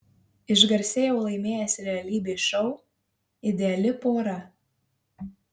išgarsėjau laimėjęs realybės šou ideali pora